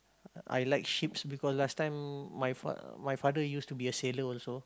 I like ships because last time my fa~ my father used to be a sailor also